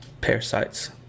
Parasites